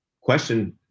question